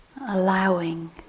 allowing